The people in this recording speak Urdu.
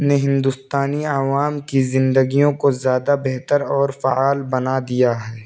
نے ہندوستانی عوام کی زندگیوں کو زیادہ بہتر اور فعال بنا دیا ہے